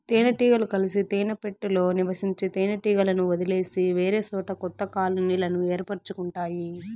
తేనె టీగలు కలిసి తేనె పెట్టలో నివసించే తేనె టీగలను వదిలేసి వేరేసోట కొత్త కాలనీలను ఏర్పరుచుకుంటాయి